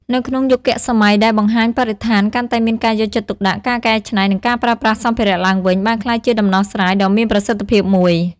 នៅក្នុងយុគសម័យដែលបញ្ហាបរិស្ថានកាន់តែមានការយកចិត្តទុកដាក់ ការកែច្នៃ និងការប្រើប្រាស់សម្ភារៈឡើងវិញ បានក្លាយជាដំណោះស្រាយដ៏មានប្រសិទ្ធភាពមួយ។